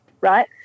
Right